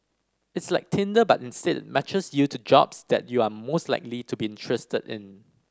it's like Tinder but instead matches you to jobs that you are most likely to be interested in